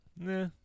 Nah